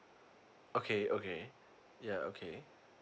okay okay yeah okay